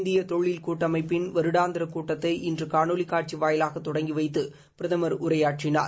இந்திய தொழில் கூட்டமைப்பின் வருடாந்திர கூட்டத்தை இன்று காணொலி காட்சி வாயிலாக தொடங்கி வைத்து பிரதமர் உரையாற்றினார்